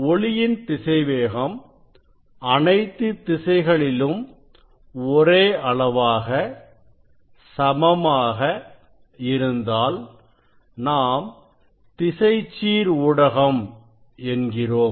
ஒளியின் திசைவேகம் அனைத்து திசைகளிலும் ஒரே அளவாகசமமாக இருந்தால் நாம் திசைச்சீர் ஊடகம் என்கிறோம்